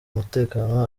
umutekano